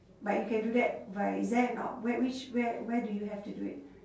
but you can do that by is there an out~ where which where where do you have to do it